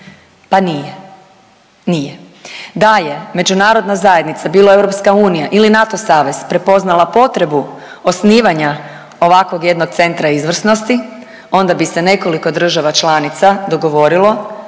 pa nije, nije. Da je Međunarodna zajednica bilo EU ili NATO savez prepoznala potrebu osnivanja ovakvog jednog Centra izvrsnosti onda bi se nekoliko država članica dogovorilo